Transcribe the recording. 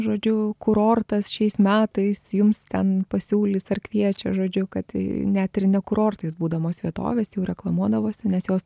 žodžiu kurortas šiais metais jums ten pasiūlys ar kviečia žodžiu kad net ir ne kurortais būdamos vietovės jau reklamuodavosi nes jos